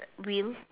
wheel